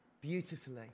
beautifully